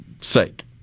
sake